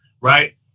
Right